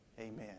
amen